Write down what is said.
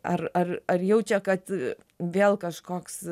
ar ar jaučia kad vėl kažkoks